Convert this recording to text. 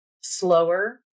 slower